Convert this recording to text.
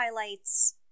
highlights